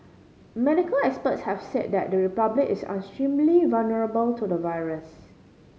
medical experts have said that the Republic is extremely vulnerable to the virus